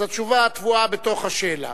אז התשובה טבועה בתוך השאלה: